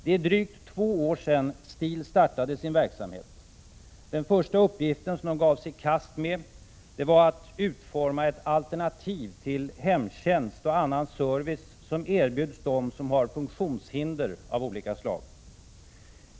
Det är drygt två år sedan STIL startade sin verksamhet. Den första uppgift som de gav sig i kast med var att utforma ett alternativ till hemtjänst och annan service som erbjuds dem som har funktionshinder av olika slag.